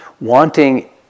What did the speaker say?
wanting